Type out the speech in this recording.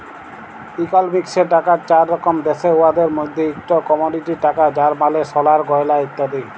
ইকলমিক্সে টাকার চার রকম দ্যাশে, উয়াদের মইধ্যে ইকট কমডিটি টাকা যার মালে সলার গয়লা ইত্যাদি